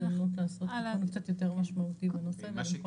הזדמנות לעשות תיקון קצת יותר משמעותי בנושא ולמחוק.